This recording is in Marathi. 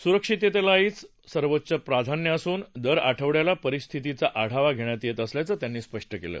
सुरक्षिततेलाच सर्वोच्च प्राधान्य असून दर आठवड्याला परिस्थितीचा आढावा घेण्यात येत असल्याचं त्यांनी स्पष्ट केलं